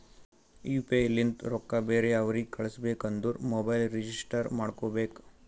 you P I ಲಿಂತ ರೊಕ್ಕಾ ಬೇರೆ ಅವ್ರಿಗ ಕಳುಸ್ಬೇಕ್ ಅಂದುರ್ ಮೊಬೈಲ್ ರಿಜಿಸ್ಟರ್ ಮಾಡ್ಕೋಬೇಕ್